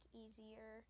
easier